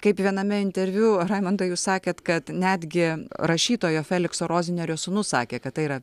kaip viename interviu raimundai jūs sakėt kad netgi rašytojo felikso rozinerio sūnus sakė kad tai yra